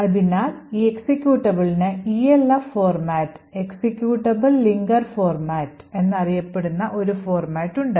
അതിനാൽ ഈ എക്സിക്യൂട്ടബിളിന് ELF format executable linker format എന്നറിയപ്പെടുന്ന ഒരു ഫോർമാറ്റ് ഉണ്ട്